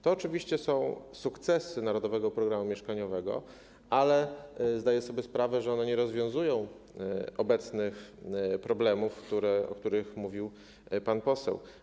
To oczywiście są sukcesy Narodowego Programu Mieszkaniowego, ale zdaję sobie sprawę, że one nie rozwiązują obecnych problemów, o których mówił pan poseł.